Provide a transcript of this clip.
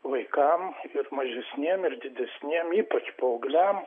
vaikam mažesniem ir didesniem ypač paaugliam